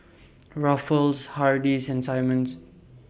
Ruffles Hardy's and Simmons